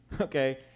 Okay